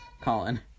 Colin